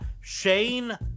shane